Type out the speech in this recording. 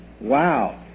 wow